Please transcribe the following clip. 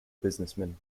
businessman